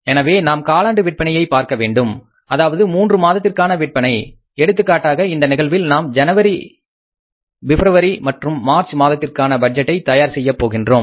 எனவே நாம் காலாண்டு விற்பனையை பார்க்கவேண்டும் அதாவது மூன்று மாதத்திற்கான விற்பனை எடுத்துக்காட்டாக இந்த நிகழ்வில் நாம் ஜனவரி பிப்ரவரி மற்றும் மார்ச் மாதத்திற்கான பட்ஜெட்டை தயார் செய்யப் போகின்றோம்